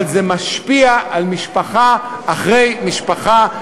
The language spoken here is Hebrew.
אבל זה משפיע על משפחה אחרי משפחה,